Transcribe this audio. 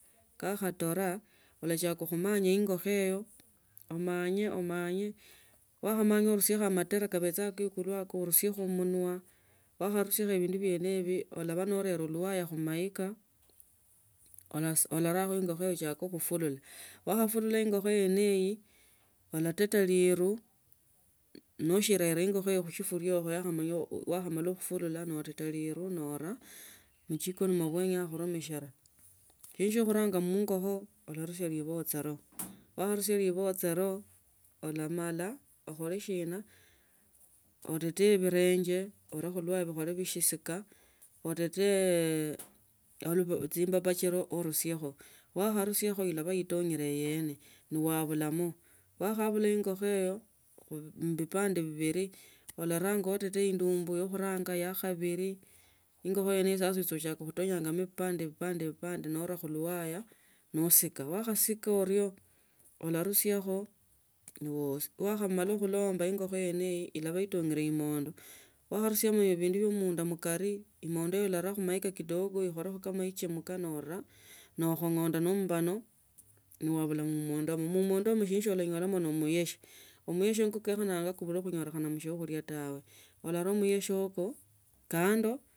Khakhatora ulachaka khumanya ingokho yeneyo umanye umanye wakhamanya unisiekho amatere kabecha urusieko munwa norusia ebindu bieno ebi olaba nore luwaya khumaika darakho ingokho ichake khufulula wakhafulula ingokho yene iyi olafata liru nashinda ingokho khusufuria wakhamata khufunura no reta linu noraa mchikoni mwa wenya khunumishila lakini shia khuranga mngokho alanisia libochelo wakhanusia libochela ulamale khubola shina uretee bilenje uree khulwaya bikhole bishisika orete chimbabasi urusiekho wakhanisiake ilaba ni tonyete yene nowabulamo wakhaabula ingokho yene iyo muvipande sibili olaranga uteteye indumbu yakhuranga ya khabili uilukhe sasa uchaka khutonyama vipande vipande nora khuliwaya nosika wakhasika orio olarusiakho ne wakhamala khulomba ingokho yenu yo ilaba itongele imando wakhanisiamo ibindu bia emunda mukari imondo ularaa khumaika kidogo ikholekho nechemka nora nokhongonda ne mbano nowabula mmunda irio ne munda imo sindu sio onyolamo ne emusie emusie ni kwo kenyachana khukonye khunyoli khana mshiokulia tawe oloraa musii ukwo kando.